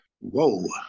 Whoa